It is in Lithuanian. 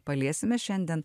paliesime šiandien